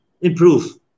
improve